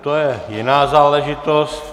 To je jiná záležitost.